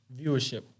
Viewership